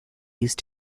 used